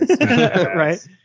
right